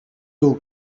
two